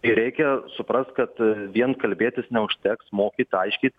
ir reikia suprast kad vien kalbėtis neužteks mokyt aiškyt